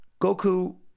Goku